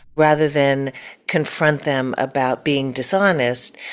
rather than confront them about being dishonest,